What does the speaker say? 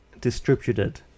distributed